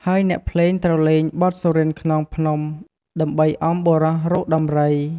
ហើយអ្នកភ្លេងត្រូវលេង បទសុរិន្ទខ្នងភ្នំ ដើម្បីអមបុរសរកដំរី។